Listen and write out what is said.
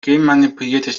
genmanipuliertes